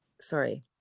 sorry